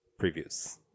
previews